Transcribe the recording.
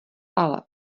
ale